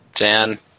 Dan